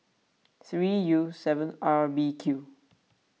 three U seven R B Q